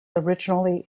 originally